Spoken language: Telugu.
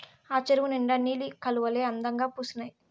ఆ చెరువు నిండా నీలి కలవులే అందంగా పూసీనాయి